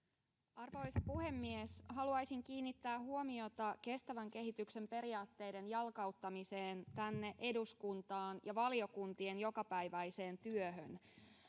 arvoisa puhemies haluaisin kiinnittää huomiota kestävän kehityksen periaatteiden jalkauttamiseen tänne eduskuntaan ja valiokuntien jokapäiväiseen työhön